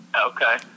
Okay